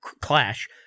clash